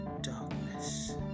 darkness